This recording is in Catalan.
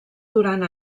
durant